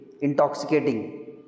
intoxicating